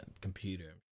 computer